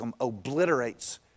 obliterates